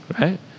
right